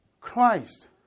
Christ